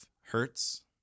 hertz